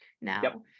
now